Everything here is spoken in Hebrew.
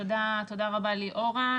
תודה רבה ליאורה.